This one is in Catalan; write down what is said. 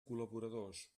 col·laboradors